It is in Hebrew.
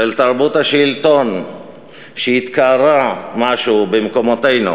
של תרבות השלטון שהתכערה משהו במקומותינו.